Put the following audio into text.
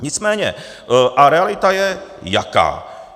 Nicméně a realita je jaká?